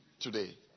today